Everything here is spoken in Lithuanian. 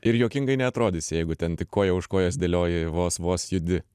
ir juokingai neatrodys jeigu ten tik koja už kojos dėlioji vos vos judi